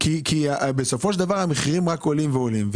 כי בסופו של דבר המחירים רק עולים ועולים.